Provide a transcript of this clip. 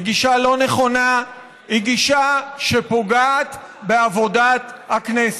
היא גישה לא נכונה, היא גישה שפוגעת בעבודת הכנסת.